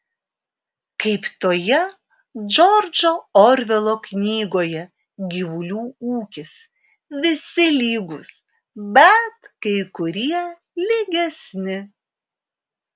kaip toje džordžo orvelo knygoje gyvulių ūkis visi lygūs bet kai kurie lygesni